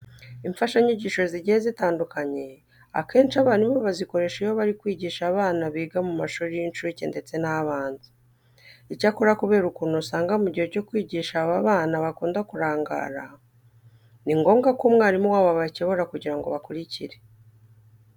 Imfashanyigisho zigiye zitandukanye akenshi abarimu bazikoresha iyo bari kwigisha abana biga mu mashuri y'incuke ndetse n'abanza. Icyakora kubera ukuntu usanga mu gihe cyo kwigisha aba bana bakunda kurangara, ni ngombwa ko umwarimu wabo abakebura kugira ngo bakurikire.